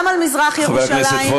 גם על מזרח ירושלים,